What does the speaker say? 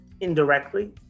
indirectly